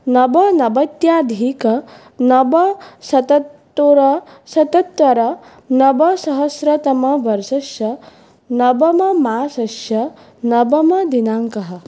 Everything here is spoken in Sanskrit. नवनवत्यधिक नव शतोत्तर शतोत्तर नवसहस्रतमवर्षस्य नवममासस्य नवमदिनाङ्कः